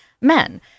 men